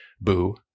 boo